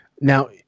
Now